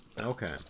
Okay